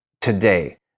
today